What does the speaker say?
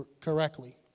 correctly